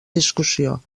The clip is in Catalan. discussió